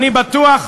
אני בטוח,